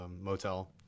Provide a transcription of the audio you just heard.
motel